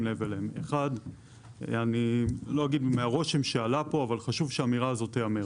לב אליהם: 1. אני לא אגיד מהרושם שעלה פה אבל חשוב שהאמירה הזאת תאמר: